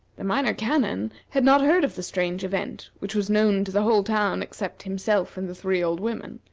the minor canon had not heard of the strange event, which was known to the whole town except himself and the three old women,